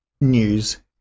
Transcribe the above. news